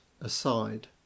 aside